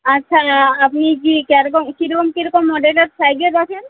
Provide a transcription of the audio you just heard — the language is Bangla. আচ্ছা আপনি কী কিরকম কীরকম কীরকম মডেলের সাইকেল রাখেন